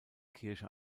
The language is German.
kirche